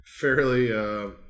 fairly